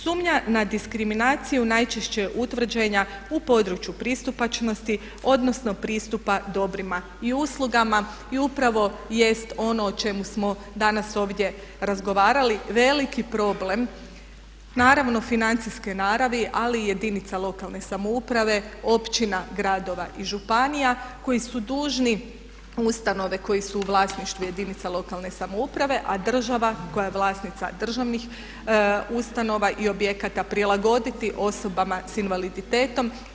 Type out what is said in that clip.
Sumnja na diskriminaciju najčešće je utvrđena u području pristupačnosti odnosno pristupa dobrima i uslugama i upravo jest ono o čemu smo danas ovdje razgovarali, veliki problem naravno financijske naravi ali i jedinica lokalne samouprave, općina, gradova i županija koji su dužni ustanove koje su u vlasništvu jedinica lokalne samouprave, a država koja je vlasnica državnih ustanova i objekata prilagoditi osobama s invaliditetom.